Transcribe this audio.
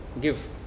give